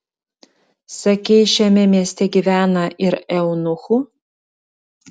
sakei šiame mieste gyvena ir eunuchų